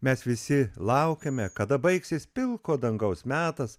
mes visi laukiame kada baigsis pilko dangaus metas